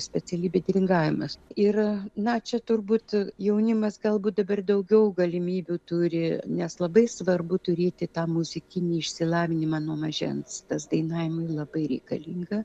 specialybė dirigavimas ir na čia turbūt jaunimas galbūt dabar daugiau galimybių turi nes labai svarbu turėti tą muzikinį išsilavinimą nuo mažens tas dainavimui labai reikalinga